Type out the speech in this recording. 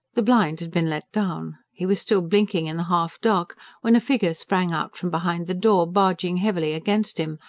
the blind had been let down. he was still blinking in the half-dark when a figure sprang out from behind the door, barging heavily against him,